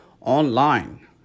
online